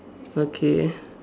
okay